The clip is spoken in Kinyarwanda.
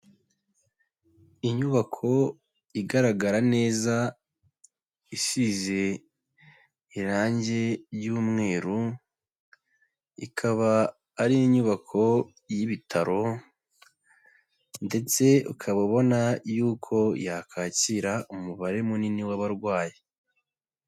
Inyubako igaragara neza, isize irangi ry'umweru, ikaba ari inyubako y'ibitaro ndetse ukaba ubona yuko yakwakira umubare munini w'abarwayi.